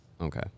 Okay